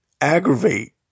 aggravate